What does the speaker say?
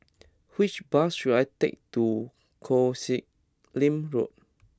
which bus should I take to Koh Sek Lim Road